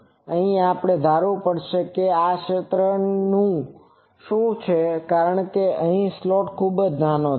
આપણે અહીં ધારવું પડશે કે આ ક્ષેત્ર શું છે કારણ કે આ સ્લોટ ખૂબ નાનો છે